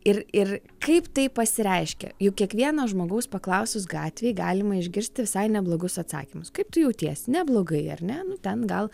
ir ir kaip tai pasireiškia juk kiekvieno žmogaus paklausus gatvėj galima išgirsti visai neblogus atsakymus kaip tu jautiesi neblogai ar ne nu ten gal